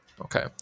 Okay